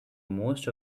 most